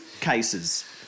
cases